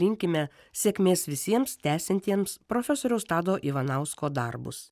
linkime sėkmės visiems tęsiantiems profesoriaus tado ivanausko darbus